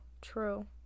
true